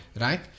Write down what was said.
right